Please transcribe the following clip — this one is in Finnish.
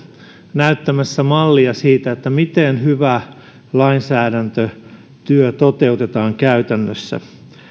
näyttämässä mallia siitä miten hyvä lainsäädäntötyö toteutetaan käytännössä